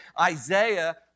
Isaiah